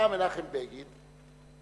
בא מנחם בגין,